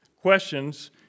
questions